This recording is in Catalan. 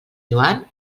joan